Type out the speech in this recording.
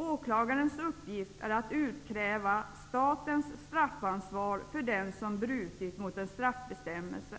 Åklagarens uppgift är att utkräva statens straffansvar för den som brutit mot en straffbestämmelse.